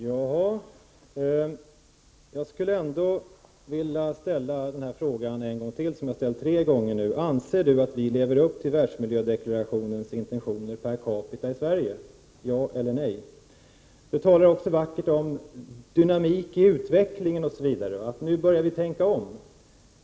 Herr talman! Jag skulle ändå vilja ställa den fråga som jag nu har ställt tre gånger en gång till: Anser statsrådet att vi i Sverige lever upp till världsmiljödeklarationens intentioner per capita? Ja eller nej? Statsrådet talar vackert om dynamik i utvecklingen osv. och säger att vi nu börjar tänka om.